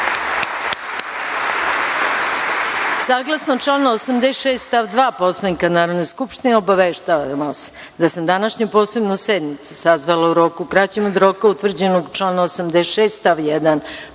ime. Saglasno članu 86. stav 2. Poslovnika Narodne skupštine, obaveštavam vas da sam današnju posebnu sednicu sazvala u roku kraćem od roka utvrđenog u članu 86. stav 1. Poslovnika,